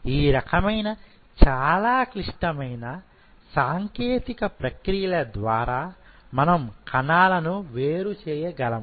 ఈ రకమైన చాలా క్లిష్టమైన సాంకేతిక ప్రక్రియల ద్వారా మనం కణాలను వేరు చేయగలము